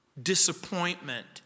Disappointment